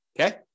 okay